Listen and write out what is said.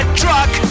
truck